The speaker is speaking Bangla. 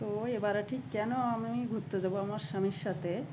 তো এবারে ঠিক কেন আমি ঘুরতে যাবো আমার স্বামীর সাথে